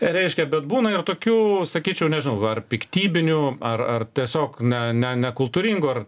reiškia bet būna ir tokių sakyčiau nežinau ar piktybinių ar ar tiesiog ne ne nekultūringų ar